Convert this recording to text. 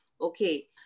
okay